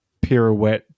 pirouette